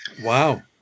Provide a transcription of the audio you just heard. Wow